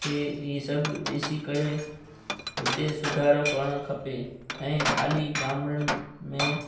खे ई सभु ॾिसी करे हुते सुधारो करिणो खपे ऐं खाली गामड़नि में